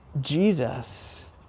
Jesus